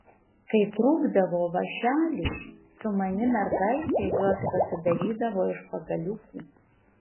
kai trūkdavo vąšelių sumani mergaitė juos pasidarydavo iš pagaliukų